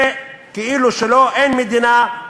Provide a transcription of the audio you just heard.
כאילו אין מדינה,